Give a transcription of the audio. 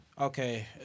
Okay